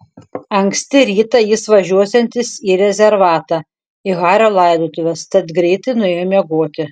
anksti rytą jis važiuosiantis į rezervatą į hario laidotuves tad greitai nuėjo miegoti